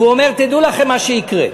והוא אומר: תדעו לכם מה שיקרה,